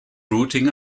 routing